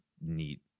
neat